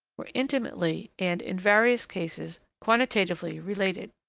were intimately, and, in various cases, quantitatively related.